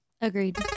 Agreed